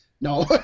No